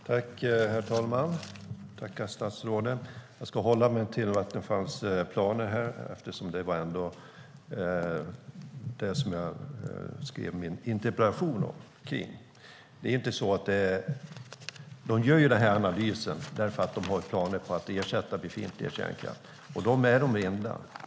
Herr talman! Jag tackar statsrådet. Jag ska hålla mig till Vattenfalls planer eftersom det var det som jag skrev min interpellation om. Vattenfall gör denna analys för att man har planer på att ersätta befintlig kärnkraft. Vattenfall är det enda bolaget som gör detta.